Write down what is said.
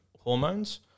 hormones